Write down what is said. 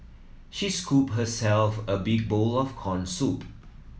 she scooped herself a big bowl of corn soup